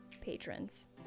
patrons